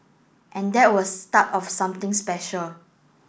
and that was start of something special